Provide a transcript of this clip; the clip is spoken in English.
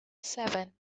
seven